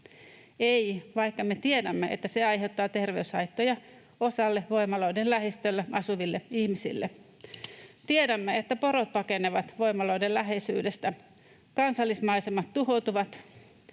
ei, vaikka me tiedämme, että ne aiheuttavat terveyshaittoja osalle voimaloiden lähistöllä asuville ihmisille. Tiedämme, että porot pakenevat voimaloiden läheisyydestä, kansallismaisemat tuhoutuvat,